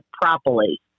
properly